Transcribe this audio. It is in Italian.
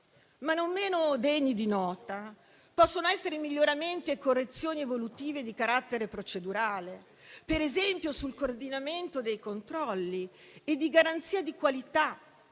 Non meno degni di nota possono essere miglioramenti e correzioni evolutive di carattere procedurale, per esempio sul coordinamento dei controlli, di garanzia di qualità